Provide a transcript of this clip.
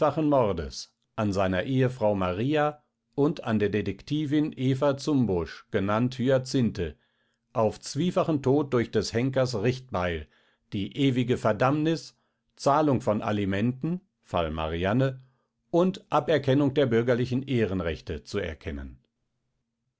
mordes an seiner ehefrau maria und an der detektivin eva zumbusch genannt hyacinthe auf zwiefachen tod durch des henkers richtbeil die ewige verdammnis zahlung von alimenten fall marianne und aberkennung der bürgerlichen ehrenrechte zu erkennen